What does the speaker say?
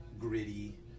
gritty